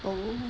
oh